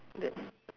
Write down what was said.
that's